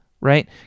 right